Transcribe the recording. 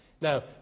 Now